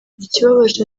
ikibabaje